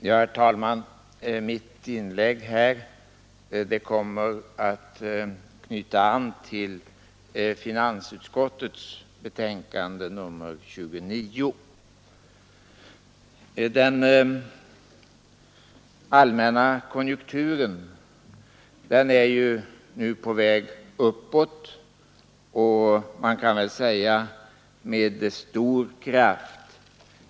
Herr talman! Mitt inlägg kommer att knyta an till finansutskottets betänkande nr 29. Den allmänna konjunkturen är ju nu på väg uppåt, och med stor kraft, kan man väl säga.